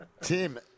Tim